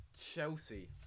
Chelsea